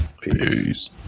peace